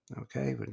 Okay